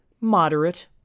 moderate